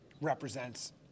represents